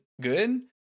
good